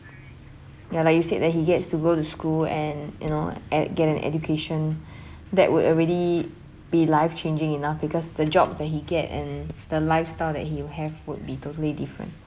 ya like you said that he gets to go to school and you know and get an education that would already be life changing enough because the job that he get and the lifestyle that he'll have would be totally different